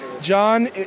John